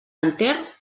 enter